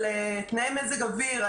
על תנאי מזג אוויר,